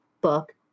book